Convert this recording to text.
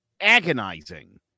agonizing